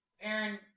Aaron